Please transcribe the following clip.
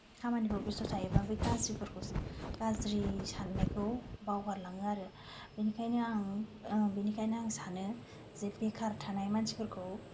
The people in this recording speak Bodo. खामानिफोराव बेस्थ' थायोब्ला बे गाज्रिफोरखौ गाज्रि साननायखौ बावगारलाङो आरो बेनिखायनो आं बेनिखायनो आं सानो जे बेखार थानाय मानसिफोरखौ